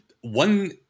one